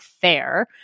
fair